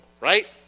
right